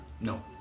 No